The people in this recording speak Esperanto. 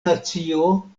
nacio